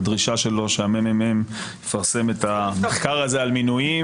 בדרישה שלו שהממ"מ יפרסם את המחקר הזה על מינויים.